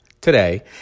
today